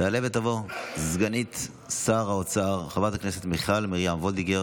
תעלה ותבוא סגנית שר האוצר חברת הכנסת מיכל מרים וולדיגר